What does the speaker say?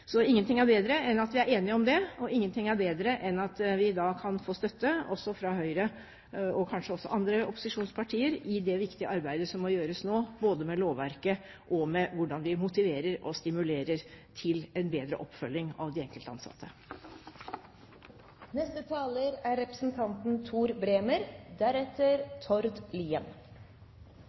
Så ingenting er bedre enn at vi er enige om det. Og ingenting er bedre enn at vi kan få støtte også fra Høyre, og kanskje også andre opposisjonspartier, i det viktige arbeidet som nå må gjøres både med lovverket og med hvordan vi motiverer og stimulerer til en bedre oppfølging av de enkelte ansatte. Det er kjekt at representanten